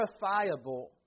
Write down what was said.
verifiable